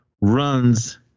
runs